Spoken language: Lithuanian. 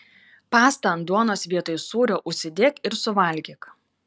pastą ant duonos vietoj sūrio užsidėk ir suvalgyk